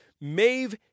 Maeve